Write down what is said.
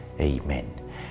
Amen